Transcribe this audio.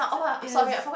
is